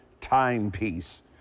timepiece